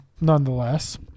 nonetheless